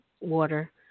Water